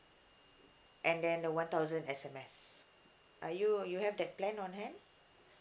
and then the one thousand S_M_S are you you have that plan on hand